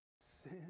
Sin